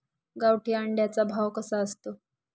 गावठी अंड्याचा भाव कसा असतो?